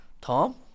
Tom